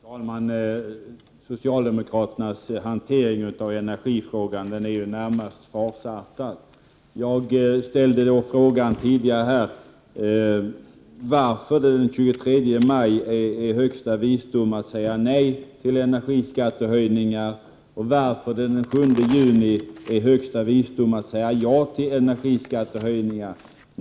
Fru talman! Socialdemokraternas hantering av energifrågan är närmast farsartad. Jag ställde tidigare frågan varför det den 23 maj är högsta visdom att säga nej till energiskattehöjningar, medan det den 7 juni är högsta visdom att säga ja till energiskattehöjningar.